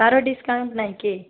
ତା'ର ଡିସ୍କାଉଣ୍ଟ୍ ନାହିଁ କି